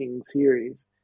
series